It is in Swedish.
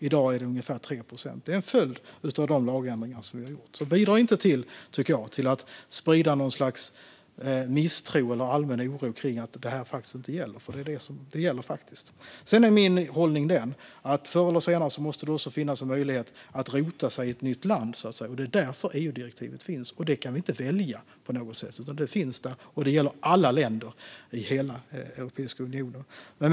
I dag är det ungefär 3 procent. Det är en följd av de lagändringar som vi har gjort. Bidra inte till att sprida något slags misstro eller allmän oro om att det inte gäller! Det gäller faktiskt. Sedan är min hållning den att förr eller senare måste det också finnas en möjlighet att rota sig i ett nytt land. Det är därför EU-direktivet finns. Det kan vi inte välja på något sätt. Det finns där, och det gäller alla länder i hela Europeiska unionen.